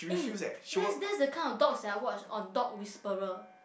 eh that's that's the kind of dog sia I watch on Dog Whisperer